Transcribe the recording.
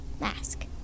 mask